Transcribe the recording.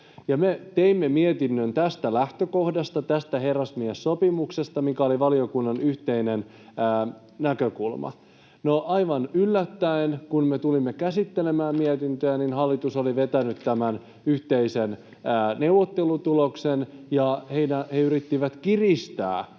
teimme mietinnön tästä lähtökohdasta, tästä herrasmiessopimuksesta, mikä oli valiokunnan yhteinen näkökulma. No, aivan yllättäen, kun me tulimme käsittelemään mietintöä, hallitus oli vetänyt tämän yhteisen neuvottelutuloksen ja he yrittivät kiristää tätä